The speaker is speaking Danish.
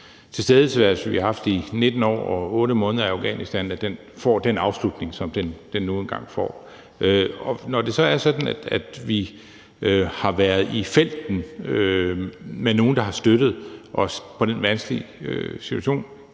tilstedeværelse, vi har haft i 19 år og 8 måneder i Afghanistan, får den afslutning, som den nu engang får. Når det så er sådan, at vi har været i felten med nogle, der har støttet os i den vanskelige situation,